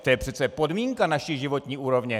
To je přece podmínka naší životní úrovně.